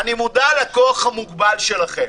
אני מודע לכוח המוגבל שלכם,